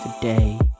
today